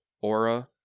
aura